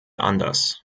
anders